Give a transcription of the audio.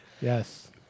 Yes